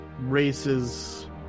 races